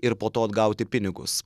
ir po to atgauti pinigus